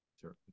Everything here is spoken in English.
Sure